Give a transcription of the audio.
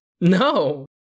No